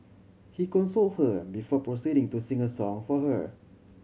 he consoled her before proceeding to sing a song for her